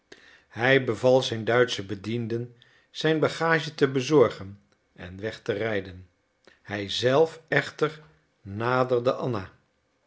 hij beval zijn duitschen bediende zijn bagage te bezorgen en weg te rijden hij zelf echter naderde anna